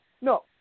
No